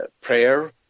prayer